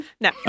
No